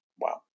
Wow